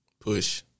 Push